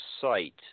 site